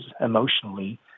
emotionally